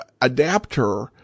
adapter